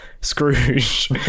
Scrooge